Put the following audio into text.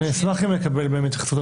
אני אשמח אם נקבל התייחסות.